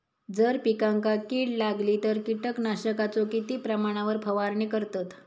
जर पिकांका कीड लागली तर कीटकनाशकाचो किती प्रमाणावर फवारणी करतत?